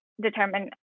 determine